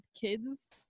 kids